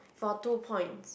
for two points